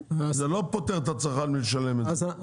זה לא פוטר את הצרכן מלשלם, נכון?